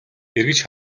эргэж